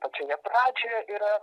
pačioje pradžioje yra